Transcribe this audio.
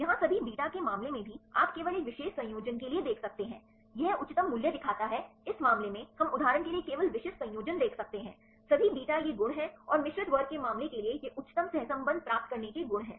यहां सभी बीटा के मामले में भी आप केवल एक विशेष संयोजन के लिए देख सकते हैं यह उच्चतम मूल्य दिखाता है इस मामले में हम उदाहरण के लिए केवल विशिष्ट संयोजन देख सकते हैं सभी बीटा ये गुण हैं और मिश्रित वर्ग के मामले के लिए ये उच्चतम सहसंबंध प्राप्त करने के गुण हैं